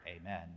amen